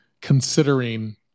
considering